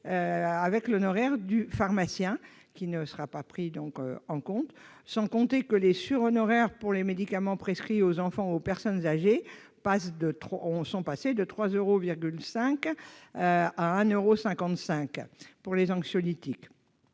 de l'honoraire du pharmacien, lequel ne sera pas pris en compte ? Sans compter que les sur-honoraires pour les médicaments prescrits aux enfants et aux personnes âgées sont passés à 3,5 euros et à 1,55 euro pour les anxiolytiques.